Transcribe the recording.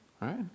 right